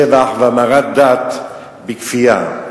טבח והמרת דת בכפייה.